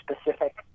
specific